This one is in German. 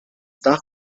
dach